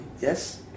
Yes